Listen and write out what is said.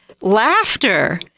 laughter